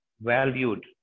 valued